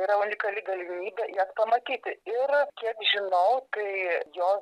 yra unikali galimybė jas pamatyti ir kiek žinau tai jos